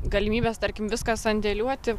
galimybės tarkim viską sandėliuoti